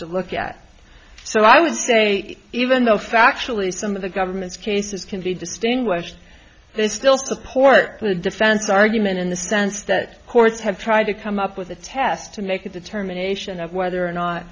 to look at so i was a even though factually some of the government's cases can be distinguished they still support the defense argument in the sense that courts have tried to come up with a test to make a determination of whether or not